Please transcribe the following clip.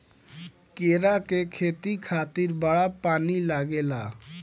केरा के खेती खातिर बड़ा पानी लागेला